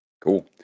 Cool